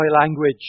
language